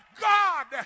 God